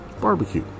barbecue